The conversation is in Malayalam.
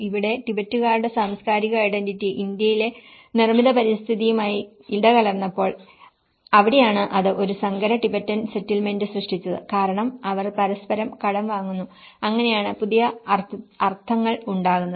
ഇവിടെ ടിബറ്റുകാരുടെ സാംസ്കാരിക ഐഡന്റിറ്റി ഇന്ത്യയിലെ നിർമ്മിത പരിസ്ഥിതിയുമായി ഇടകലർന്നപ്പോൾ അവിടെയാണ് ഇത് ഒരു സങ്കര ടിബറ്റൻ സെറ്റിൽമെന്റ് സൃഷ്ടിച്ചത് കാരണം അവർ പരസ്പരം കടം വാങ്ങുന്നു അങ്ങനെയാണ് പുതിയ അർത്ഥങ്ങൾ ഉണ്ടാകുന്നത്